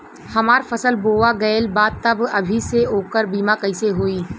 हमार फसल बोवा गएल बा तब अभी से ओकर बीमा कइसे होई?